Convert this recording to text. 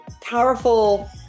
powerful